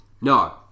No